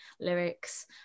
lyrics